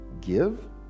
Give